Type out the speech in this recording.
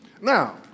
Now